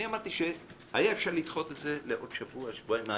אמרתי שהיה אפשר לדחות את זה לעוד שבוע שבועיים.